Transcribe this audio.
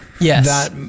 Yes